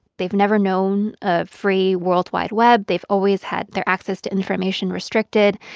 they've never known a free world wide web. they've always had their access to information restricted.